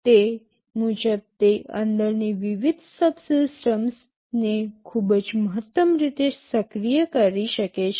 તે મુજબ તે અંદરની વિવિધ સબસિસ્ટમ્સ ને ખૂબ જ મહત્તમ રીતે સક્રિય કરી શકે છે